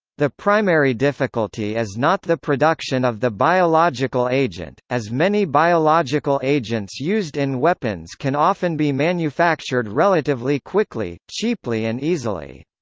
the primary difficulty is not the production of the biological agent, as many biological agents used in weapons can often be manufactured relatively quickly, cheaply and easily.